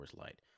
Light